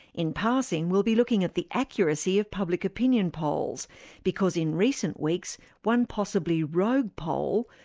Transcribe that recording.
in passing, we'll be looking at the accuracy of public opinion polls because in recent weeks one possibly rogue poll,